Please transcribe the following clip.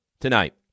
tonight